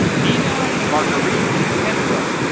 nina marguerite hendler